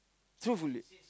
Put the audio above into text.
truthfully